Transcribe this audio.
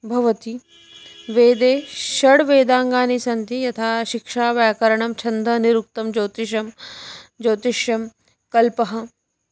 भवति वेदे षड् वेदाङ्गानि सन्ति यथा शिक्षा व्याकरणं छन्दः निरुक्तं ज्योतिषं ज्योतिषं कल्पः